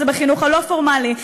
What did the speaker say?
זה בחינוך הלא-פורמלי,